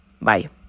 Bye